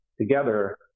together